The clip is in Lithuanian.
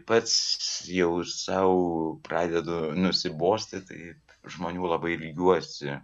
pats jau sau pradedu nusibosti tai žmonių labai ilgiuosi